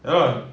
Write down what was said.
ya lah